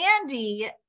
Andy